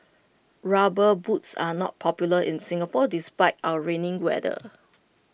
rubber boots are not popular in Singapore despite our rainy weather